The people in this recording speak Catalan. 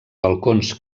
balcons